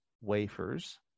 wafers